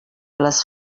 les